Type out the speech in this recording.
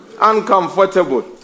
Uncomfortable